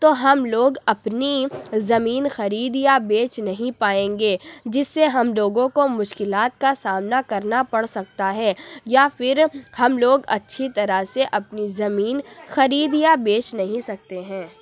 تو ہم لوگ اپنی زمین خرید یا بیچ نہیں پائیں گے جس سے ہم لوگوں کو مشکلات کا سامنا کرنا پڑ سکتا ہے یا فر ہم لوگ اچھی طرح سے اپنی زمین خرید یا بیچ نہیں سکتے ہیں